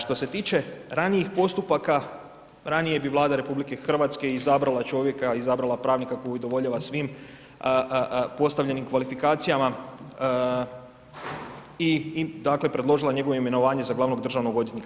Što se tiče ranijih postupaka, ranije bi Vlada RH izabrala čovjeka, izabrala pravnika koji udovoljava svim postavljenim kvalifikacijama i predložila njegovo imenovanje za glavnog državnog odvjetnika.